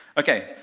ok,